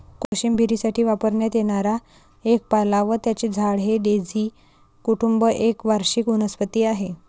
कोशिंबिरीसाठी वापरण्यात येणारा एक पाला व त्याचे झाड हे डेझी कुटुंब एक वार्षिक वनस्पती आहे